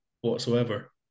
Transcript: whatsoever